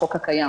בחוק הקיים.